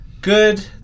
Good